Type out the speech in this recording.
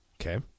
Okay